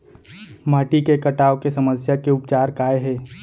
माटी के कटाव के समस्या के उपचार काय हे?